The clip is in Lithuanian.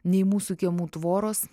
nei mūsų kiemų tvoros